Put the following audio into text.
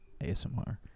ASMR